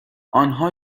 آنها